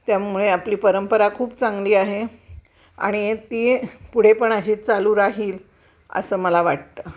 त्यामुळे आपली परंपरा खूप चांगली आहे आणि ती पुढे पण अशी चालू राहील असं मला वाटतं